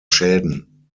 schäden